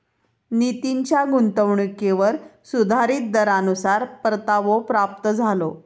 नितीनच्या गुंतवणुकीवर सुधारीत दरानुसार परतावो प्राप्त झालो